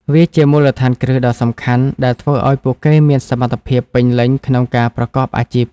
វាជាមូលដ្ឋានគ្រឹះដ៏សំខាន់ដែលធ្វើឱ្យពួកគេមានសមត្ថភាពពេញលេញក្នុងការប្រកបអាជីព។